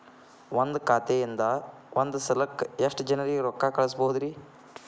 ಒಂದ್ ಖಾತೆಯಿಂದ, ಒಂದ್ ಸಲಕ್ಕ ಎಷ್ಟ ಜನರಿಗೆ ರೊಕ್ಕ ಕಳಸಬಹುದ್ರಿ?